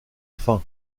faim